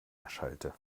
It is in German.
erschallte